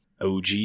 OG